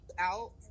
out